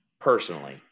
personally